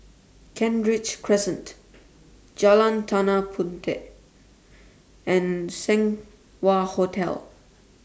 Kent Ridge Crescent Jalan Tanah Puteh and Seng Wah Hotel